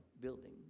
building